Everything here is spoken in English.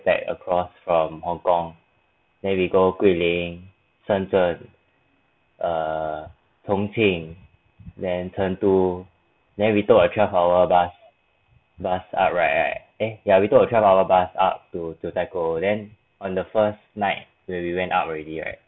backpack across from hong kong then we go guilin shen zhen err chong qing then chengdu then turned to then we took a twelve hour bus bus ah right and yeah we took a twelve hour bus up to jiu zhai gou then on the first night where we went up already right